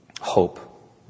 hope